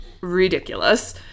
ridiculous